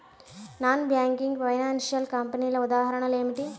Non banking financial కంపెనీల ఉదాహరణలు ఏమిటి?